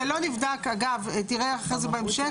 זה לא נבדק, אגב, תראה אחרי זה בהמשך.